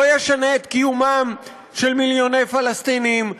לא ישנה את קיומם של מיליוני פלסטינים,